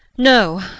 No